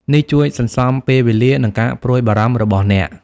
នេះជួយសន្សំពេលវេលា និងការព្រួយបារម្ភរបស់អ្នក។